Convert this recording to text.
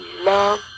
love